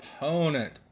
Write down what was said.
opponent